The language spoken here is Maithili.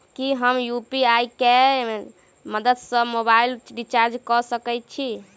की हम यु.पी.आई केँ मदद सँ मोबाइल रीचार्ज कऽ सकैत छी?